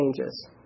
changes